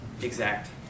exact